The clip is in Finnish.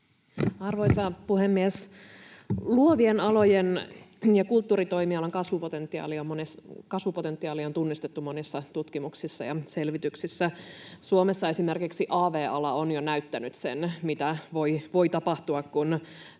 Arvoisa puhemies! Luovien alojen ja kulttuuritoimialan kasvupotentiaali on tunnistettu monissa tutkimuksissa ja selvityksissä. Suomessa esimerkiksi av-ala on jo näyttänyt sen, mitä voi tapahtua, kun